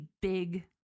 big